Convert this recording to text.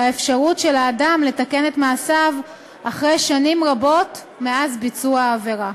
האפשרות של האדם לתקן את מעשיו אחרי שנים רבות מאז ביצוע העבירה.